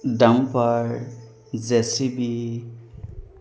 dumper JCB